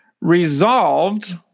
Resolved